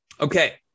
Okay